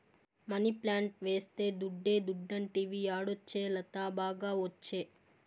money plant వేస్తే దుడ్డే దుడ్డంటివి యాడొచ్చే లత, బాగా ఒచ్చే